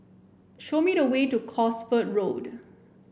show me the way to Cosford Road